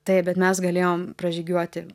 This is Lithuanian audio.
taip bet mes galėjom pražygiuoti